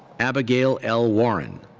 abigail l. warran.